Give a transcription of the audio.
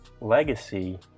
legacy